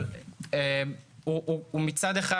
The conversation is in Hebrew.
אבל הוא זמן שמצד אחד